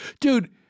Dude